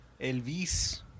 Elvis